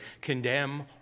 condemn